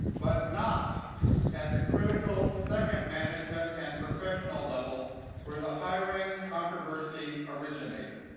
but not at the critical second management and professional level where the hiring controversy originated.